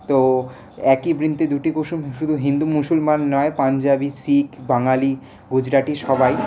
তো একই বৃন্তে দুটি কুসুম শুধু হিন্দু মুসলমান নয় পাঞ্জাবি শিখ বাঙালি গুজরাটি সবাই